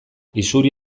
isuri